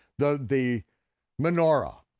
the the menorah.